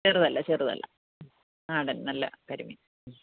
ചെറുതല്ല ചെറുതല്ല നാടൻ നല്ല കരിമീൻ